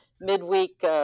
midweek